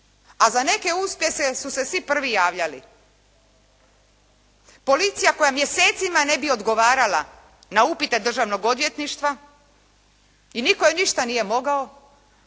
a za neke uspjehe su se svi prvi javljali. Policija koja mjesecima ne bi odgovarala na upite državnog odvjetništva i nitko im ništa nije mogao.